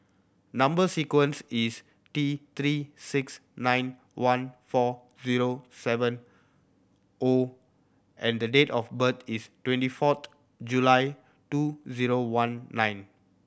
number sequence is T Three six nine one four zero seven O and the date of birth is twenty fourth July two zero one nine